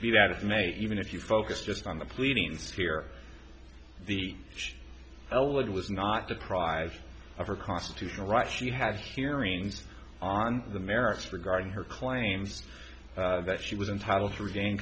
view that it may even if you focus just on the pleadings here the elwood was not deprived of her constitutional rights she had hearings on the merits regarding her claims that she was entitled to regain